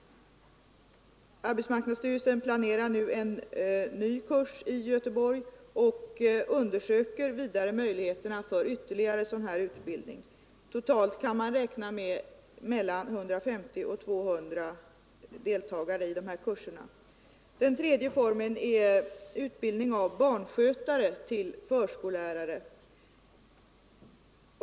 Arbetsmarknadsstyrelsen planerar en ny kurs i Göteborg och undersöker vidare möjligheterna för ytterligare sådan utbildning. Totalt kan man räkna med mellan 150 och 200 deltagare i de här kurserna. Den tredje är utbildning av barnskötare till förskollärare.